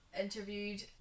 interviewed